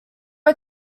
are